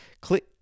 click